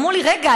ואמרו לי: רגע,